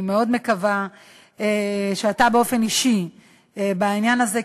אני מאוד מקווה שאתה באופן אישי בעניין הזה,